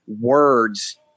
words